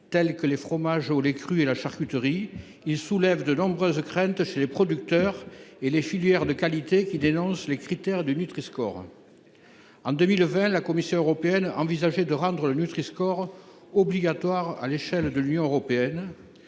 tels que les fromages au lait cru et la charcuterie, il soulève de nombreuses craintes chez les producteurs et les filières de qualité, qui en dénoncent les critères. En 2020, la Commission européenne envisageait de rendre le Nutri score obligatoire à l’échelle de l’Union européenne.